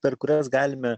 per kurias galime